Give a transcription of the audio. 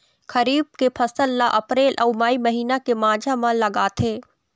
खरीफ के फसल ला अप्रैल अऊ मई महीना के माझा म लगाथे